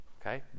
Okay